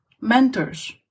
mentors